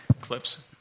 Clips